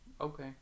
okay